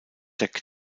jack